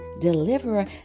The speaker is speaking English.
deliverer